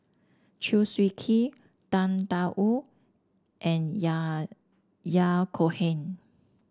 Chew Swee Kee Tang Da Wu and Yahya Cohen